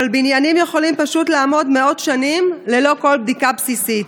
אבל בניינים יכולים פשוט לעמוד מאות שנים ללא כל בדיקה בסיסית.